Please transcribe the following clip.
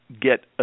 get